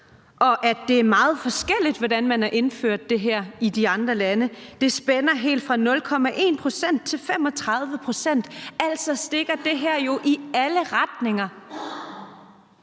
og at det er meget forskelligt, hvordan man har indført det her i de andre lande? Det spænder helt fra 0,1 pct. til 35 pct. Altså, det her stikker jo i alle retninger.